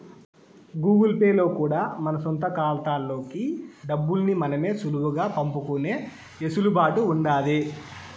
Google Pay లో కూడా మన సొంత కాతాల్లోకి డబ్బుల్ని మనమే సులువుగా పంపుకునే ఎసులుబాటు ఉండాది